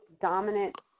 dominant